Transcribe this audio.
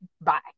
bye